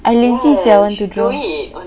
I lazy [sial] want to draw